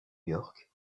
york